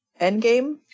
Endgame